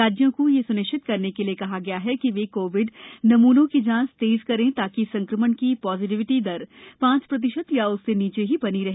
राज्यों को यह सुनिश्चित करने के लिए कहा गया कि वे कोविड नमूनों की जांच तेज करें ताकि संक्रमण की पॉजिटिविटी दर पांच प्रतिशत या उससे नीचे ही बनी रहे